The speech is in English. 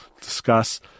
discuss